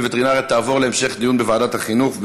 הפגיעה בזכויות הסטודנטים לווטרינריה תעבור להמשך דיון בוועדת החינוך.